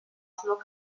solo